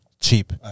cheap